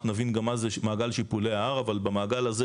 נבין גם מה זה מעגל שיפולי ההר אבל במעגל הזה,